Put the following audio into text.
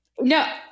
No